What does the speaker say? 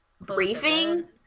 briefing